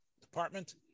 Department